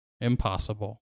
Impossible